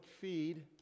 feed